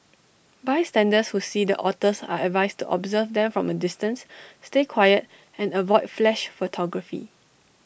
bystanders who see the otters are advised to observe them from A distance stay quiet and avoid flash photography